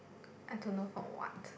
I don't know for what